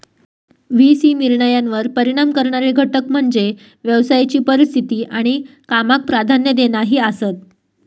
V C निर्णयांवर परिणाम करणारे घटक म्हणजे व्यवसायाची परिस्थिती आणि कामाक प्राधान्य देणा ही आसात